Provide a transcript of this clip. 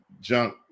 junk